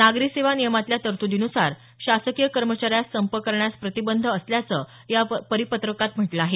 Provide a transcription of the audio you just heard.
नागरी सेवा नियमातल्या तर्तुदीनुसार शासकीय कर्मचाऱ्यास संप करण्यास प्रतिबंध असल्याचं या परिपत्रकात म्हटलं आहे